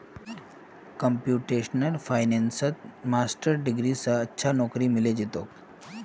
computational फाइनेंसत master degree स अच्छा नौकरी मिले जइ तोक